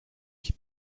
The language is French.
qui